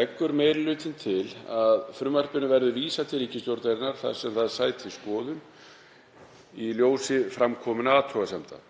leggur meiri hlutinn til að frumvarpinu verði vísað til ríkisstjórnarinnar þar sem það sæti skoðun í ljósi framkominna athugasemda.